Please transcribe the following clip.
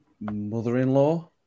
mother-in-law